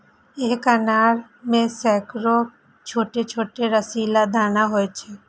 एक अनार मे सैकड़ो छोट छोट रसीला दाना होइ छै